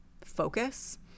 focus